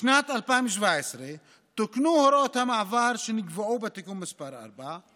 בשנת 2017 תוקנו הוראות המעבר שנקבעו בתיקון מס' 4,